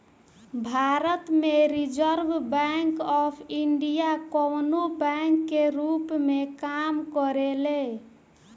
भारत में reserve bank of India कवनो bank के रूप में काम करेले